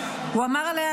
הוא אמר עליה